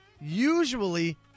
usually